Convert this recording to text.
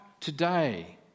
today